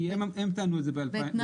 כי הם טענו את זה ב-2016.